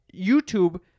YouTube